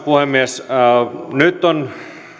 puhemies nyt on